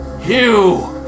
Hugh